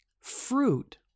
Fruit